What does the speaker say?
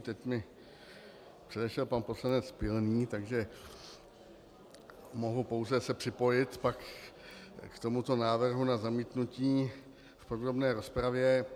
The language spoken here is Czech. Teď mě předešel pan poslanec Pilný, takže mohu pouze se připojit pak k tomuto návrhu na zamítnutí v podrobné rozpravě.